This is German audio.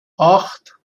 acht